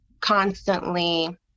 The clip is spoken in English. constantly